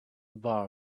bar